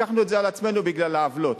לקחנו את זה על עצמנו בגלל העוולות